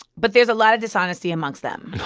but there's a lot of dishonesty amongst them